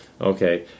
Okay